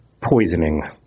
poisoning